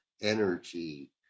energy